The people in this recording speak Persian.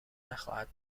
نخواهد